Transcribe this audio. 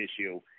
issue